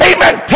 Amen